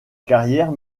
carrière